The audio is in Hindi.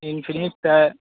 इनफिंकस है